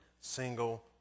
single